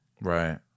Right